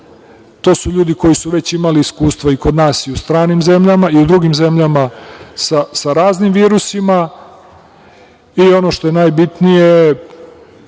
To su ljudi koji su već imali iskustva i kod nas i u stranim zemljama, i u drugim zemljama sa raznim virusima. Ono što je najbitnije,